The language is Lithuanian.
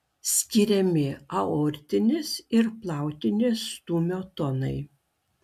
skiriami aortinis ir plautinis stūmio tonai